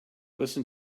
listen